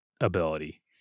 ability